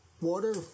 water